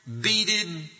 beaded